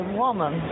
woman